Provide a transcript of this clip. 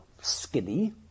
skinny